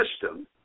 system